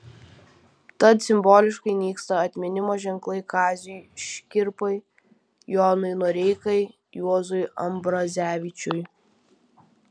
tad simboliškai nyksta atminimo ženklai kaziui škirpai jonui noreikai juozui ambrazevičiui